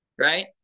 right